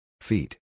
Feet